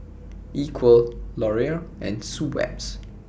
Equal Laurier and Schweppes